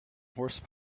horse